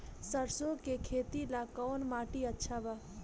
सरसों के खेती ला कवन माटी अच्छा बा?